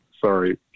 Sorry